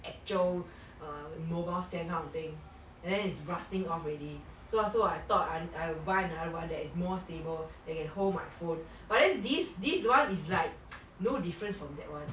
actual err mobile stand kind of thing and then is rusting off already so I so I thought I will I will buy another [one] that is more stable and can hold my phone but then this this [one] is like no difference from that [one]